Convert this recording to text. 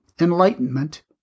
enlightenment